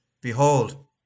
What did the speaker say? Behold